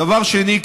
דבר שני,